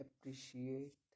appreciate